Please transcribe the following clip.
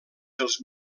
dels